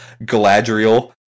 galadriel